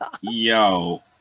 yo